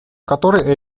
которой